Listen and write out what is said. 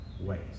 ways